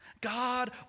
God